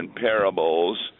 parables